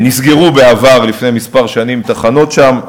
נסגרו בעבר, לפני כמה שנים, תחנות שם.